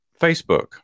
Facebook